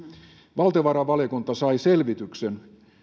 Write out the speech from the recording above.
valtiovarainvaliokunta sai selvityksen